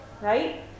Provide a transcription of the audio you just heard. Right